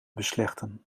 beslechten